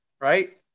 Right